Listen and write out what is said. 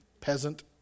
peasant